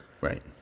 Right